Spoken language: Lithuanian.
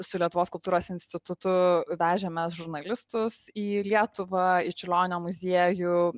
su lietuvos kultūros institutu vežėmės žurnalistus į lietuvą į čiurlionio muziejų